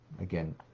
again